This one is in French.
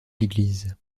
l’église